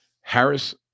Harris